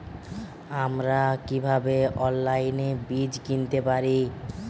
আমরা কীভাবে অনলাইনে বীজ কিনতে পারি?